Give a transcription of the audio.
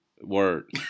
Word